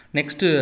Next